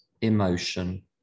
emotion